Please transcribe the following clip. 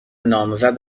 نامزد